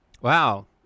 wow